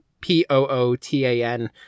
P-O-O-T-A-N